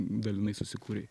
dalinai susikūrei